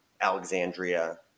Alexandria